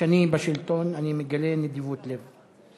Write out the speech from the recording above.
כשאני בשלטון, אני מגלה נדיבות לב.